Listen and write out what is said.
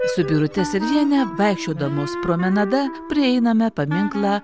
su birute serviene vaikščiodamos promenada prieiname paminklą